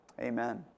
Amen